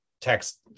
text